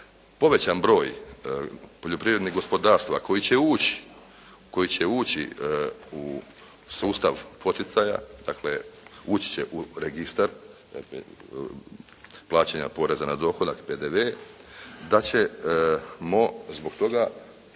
povećan broj poljoprivrednih gospodarstava koji će ući, koji će ući u sustav poticaja dakle ući će u registar dakle plaćanja poreza na dohodak, PDV da ćemo zbog toga